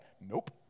Nope